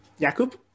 Jakub